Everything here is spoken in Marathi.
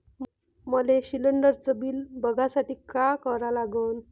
मले शिलिंडरचं बिल बघसाठी का करा लागन?